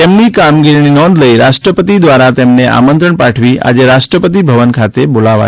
તેમના કામગીરીની નોંધ લઈ રાષ્ટ્રપતિ દ્વારા તેમને આમંત્રણ પાઠવી આજે રાષ્ટ્રપતિ ભવન ખાતે બોલાયા છે